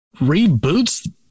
reboots